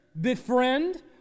befriend